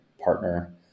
partner